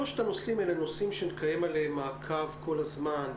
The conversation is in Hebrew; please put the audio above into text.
שלושת הנושאים הם נושאים שנקיים עליהם מעקב כל הזמן,